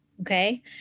okay